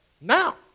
Now